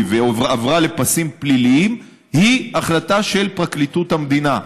ועברה לפסים פליליים היא החלטה של פרקליטות המדינה.